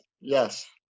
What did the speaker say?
Yes